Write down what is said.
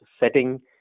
Setting